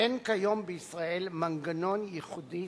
אין כיום בישראל מנגנון ייחודי